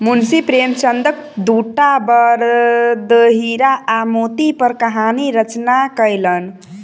मुंशी प्रेमचंदक दूटा बड़द हीरा आ मोती पर कहानी रचना कयलैन